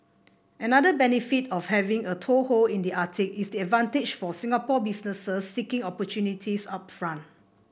another benefit of having a toehold in the Arctic is the advantage for Singapore businesses seeking opportunities up from